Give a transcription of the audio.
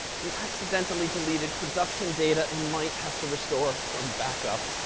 we accidentally deleted production data and might have to restore from backup.